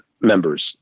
members